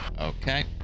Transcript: Okay